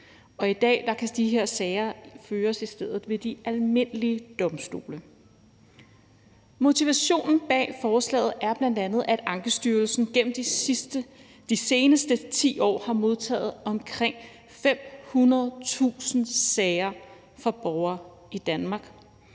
I dag kan de her sager i stedet føres ved de almindelige domstole. Motivationen bag forslaget er bl.a., at Ankestyrelsen gennem de seneste 10 år har modtaget omkring 500.000 sager fra borgere i Danmark,